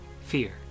fear